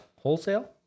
Wholesale